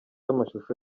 amashusho